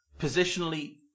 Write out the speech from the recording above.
positionally